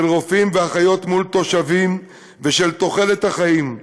של רופאים ואחיות מול תושבים ושל תוחלת החיים.